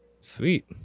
sweet